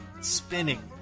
spinning